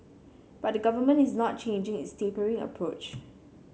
but the Government is not changing its tapering approach